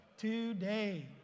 today